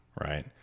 Right